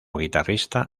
guitarrista